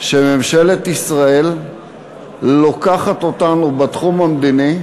שממשלת ישראל לוקחת אותנו בתחום המדיני